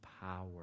power